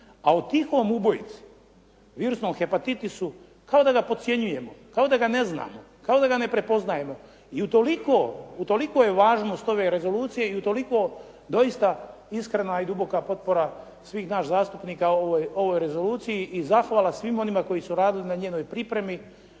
a o tihom ubojici virusnom hepatitisu kao da ga podcjenjujemo, kao da ga ne znamo, kao da ga ne prepoznajemo. I utoliko je važnost ove rezolucije i utoliko doista iskrena i duboka potpora svih nas zastupnika ovoj rezoluciji i zahvala svima onima koji su radili na njenoj pripremi.